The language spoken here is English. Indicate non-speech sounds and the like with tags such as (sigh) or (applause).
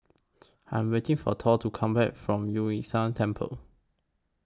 I'm waiting For Thor to Come Back from Yu (unintelligible) Temple